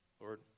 Lord